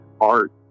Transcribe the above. art